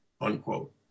unquote